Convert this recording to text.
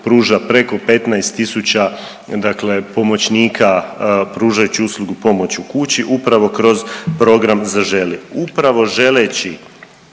pruža preko 15 tisuća dakle pomoćnika pružajući uslugu Pomoć u kući upravo kroz program Zaželi. Upravo želeći